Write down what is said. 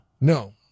no